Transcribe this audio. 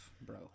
Bro